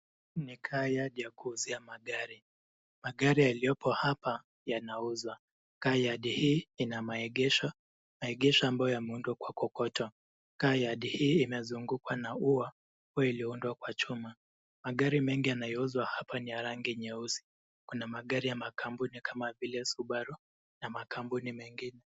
Ni car yard ya kuuzia magari. Magari yaliyopo hapa yanauzwa. Car yard hii ina maegesho, maegesho ambayo yameundwa kwa kokoto. Car yard hii inazungukwa na ua iliyoundwa kwa chuma. Magari mengi yanayouzwa hapa ni ya rangi nyeusi. Kuna magari ya makampuni kama vile Subaru na makampuni mengine.